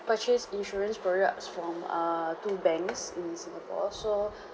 purchased insurance products from err two banks in singapore so